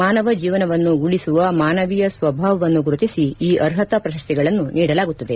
ಮಾನವ ಜೀವನವನ್ನು ಉಳಿಸುವ ಮಾನವೀಯ ಸ್ವಭಾವವನ್ನು ಗುರುತಿಸಿ ಈ ಅರ್ಹತಾ ಪ್ರಶಸ್ತಿಗಳನ್ನು ನೀಡಲಾಗುತ್ಲದೆ